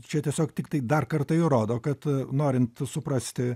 čia tiesiog tiktai dar kartą įrodo kad norint suprasti